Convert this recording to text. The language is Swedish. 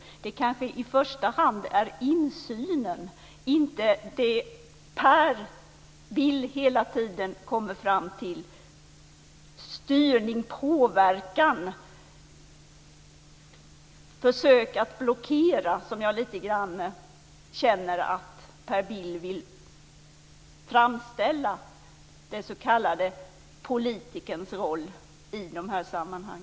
Det kanske i första hand är insynen som politikerns roll gäller i de här sammanhangen, inte styrningen, påverkan eller försöken att blockera, som Per Bill hela tiden kommer fram till.